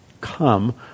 come